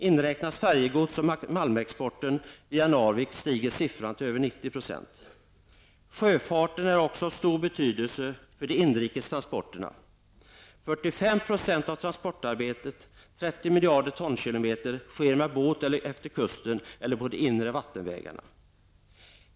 Inräknas färjegodset och malmexporten via Narvik stiger siffran till över Sjöfarten är också av stor betydelse för de inrikes transporterna. 45 % av transportarbetet -- 30 miljarder tonkilometer -- sker med båt efter kusten eller på de inre vattenvägarna.